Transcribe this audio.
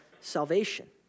salvation